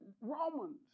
Romans